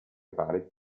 valid